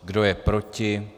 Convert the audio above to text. Kdo je proti?